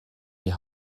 die